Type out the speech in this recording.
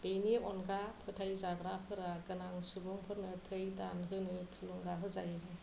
बेनि अनगा फोथायग्राफोरा गोनां सुबुंफोरनो थै दान होनो थुलुंगा होजायो